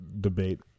debate